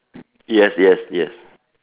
yes yes yes